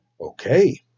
Okay